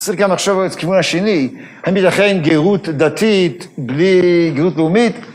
צריך גם לחשוב איזה כיוון השני, האם ייתכן גירות דתית בלי גירות לאומית?